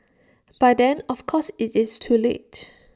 by then of course IT is too late